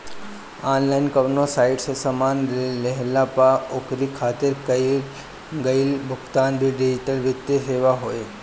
online कवनो site से सामान लेहला पअ ओकरी खातिर कईल गईल भुगतान भी डिजिटल वित्तीय सेवा हवे